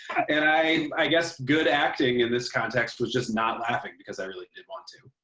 and i i guess good acting in this context was just not laughing because i really did want to.